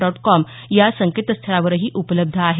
dot com या संकेतस्थळावरही उपलब्ध आहे